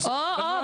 אבל --- או או,